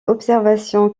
observations